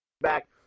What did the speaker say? back